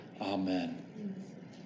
Amen